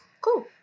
cool